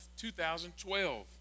2012